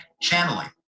channeling